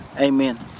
amen